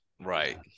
Right